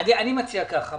אני מציע כך.